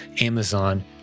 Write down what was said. Amazon